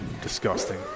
Disgusting